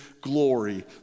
glory